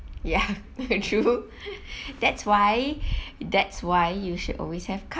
ya that true that's why that's why you should always have